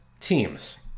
teams